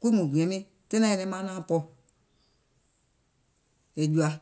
kuŋ mùŋ gbìɛ̀ŋ miìŋ, tiŋ nàŋ nyɛnɛŋ maŋ naàŋ pɔɔ̀, è jùȧ.